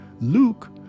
Luke